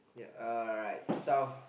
uh alright south